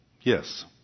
Yes